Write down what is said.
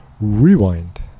rewind